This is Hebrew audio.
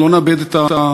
אנחנו לא נאבד את התקווה,